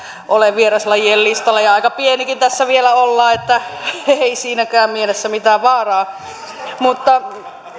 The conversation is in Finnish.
ole vieraslajien listalla ja aika pienikin tässä vielä ollaan että ei siinäkään mielessä mitään vaaraa